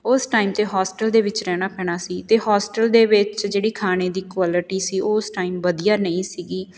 ਉਸ ਟਾਈਮ 'ਤੇ ਹੋਸਟਲ ਦੇ ਵਿੱਚ ਰਹਿਣਾ ਪੈਣਾ ਸੀ ਅਤੇ ਹੋਸਟਲ ਦੇ ਵਿੱਚ ਜਿਹੜੀ ਖਾਣੇ ਦੀ ਕੁਆਲਿਟੀ ਸੀ ਉਸ ਟਾਈਮ ਵਧੀਆ ਨਹੀਂ ਸੀਗੀ